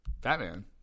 Batman